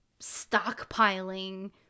stockpiling